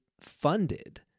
funded